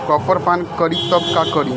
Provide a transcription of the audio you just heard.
Copper पान करी तब का करी?